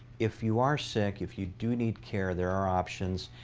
if you are sick, if you do need care, there are options.